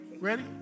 ready